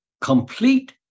complete